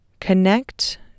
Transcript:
connect